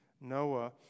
Noah